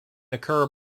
occur